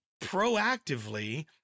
proactively